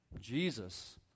Jesus